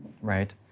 right